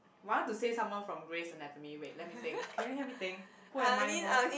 I want to say someone from Grey's Anatomy wait let me think can you help me think who am I most